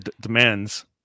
demands